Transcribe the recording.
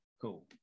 Cool